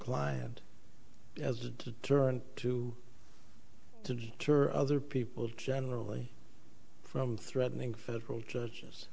client as a deterrent to to other people generally from threatening federal judge